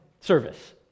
service